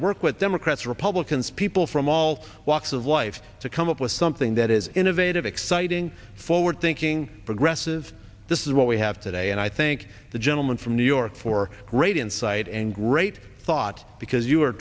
together work with democrats republicans people from all walks of life to come up with something that is innovative exciting forward thinking progresses this is what we have today and i think the gentleman from new york for great insight and great thought because you are